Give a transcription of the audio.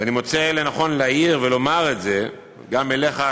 ואני מוצא לנכון להעיר ולומר את זה גם לך,